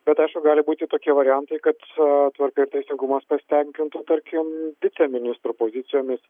bet aišku gali būti tokie variantai kad a tvarka ir teisingumas pasitenkintų tarkim viceministrų pozicijomis